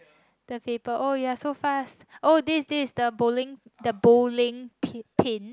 the paper oh ya so fast oh this this the bowling the bowling p~ pins